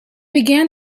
began